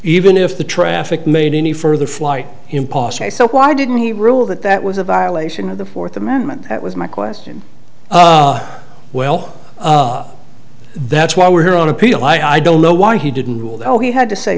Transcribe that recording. even if the traffic made any further flight impost so why didn't he rule that that was a violation of the fourth amendment that was my question well that's why we're here on appeal i don't know why he didn't rule though he had to say